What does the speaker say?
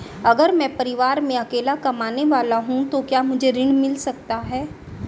अगर मैं परिवार में अकेला कमाने वाला हूँ तो क्या मुझे ऋण मिल सकता है?